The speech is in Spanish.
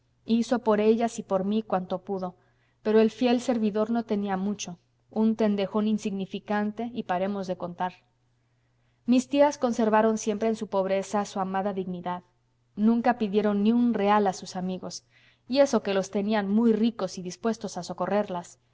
hizo por ellas y por mí cuanto pudo pero el fiel servidor no tenía mucho un tendejón insignificante y paremos de contar mis tías conservaron siempre en su pobreza su amada dignidad nunca pidieron ni un real a sus amigos y eso que los tenían muy ricos y dispuestos a socorrerlas y prefirieron imponerse las más duras privaciones antes que molestar a